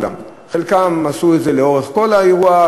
חלקן עשו את זה לאורך כל האירוע,